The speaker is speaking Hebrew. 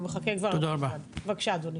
בבקשה אדוני.